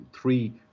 three